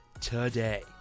today